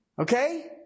Okay